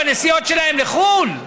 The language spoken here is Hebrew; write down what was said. בנסיעות שלהם לחו"ל,